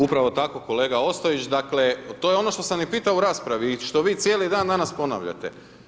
Upravo tako kolega Ostojić, dakle, to je ono štos am pitao u raspravi i što vi cijeli dan danas ponavljate.